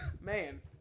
Man